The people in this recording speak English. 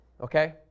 okay